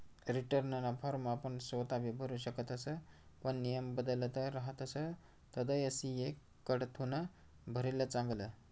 रीटर्नना फॉर्म आपण सोताबी भरु शकतस पण नियम बदलत रहातस तधय सी.ए कडथून भरेल चांगलं